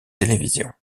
télévision